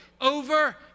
over